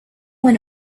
when